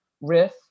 riff